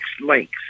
links